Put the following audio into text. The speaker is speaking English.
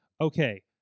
okay